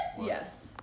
Yes